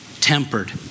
tempered